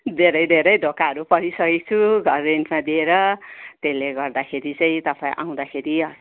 धेरै धेरै धोकाहरू परिसकेको छु घर रेन्टमा दिएर त्यसले गर्दाखेरि चाहिँ तपाईँ आउँदाखेरि